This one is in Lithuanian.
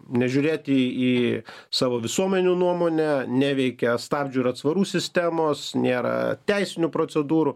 nežiūrėti į savo visuomenių nuomonę neveikia stabdžių ir atsvarų sistemos nėra teisinių procedūrų